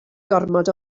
gormod